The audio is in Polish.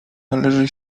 należy